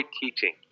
teaching